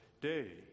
day